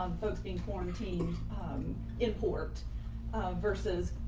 um folks being formed teams in port versus,